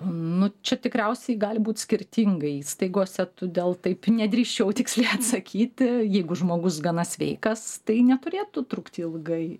nu čia tikriausiai gali būti skirtinga įstaigose todėl taip nedrįsčiau tiksliai atsakyti jeigu žmogus gana sveikas tai neturėtų trukti ilgai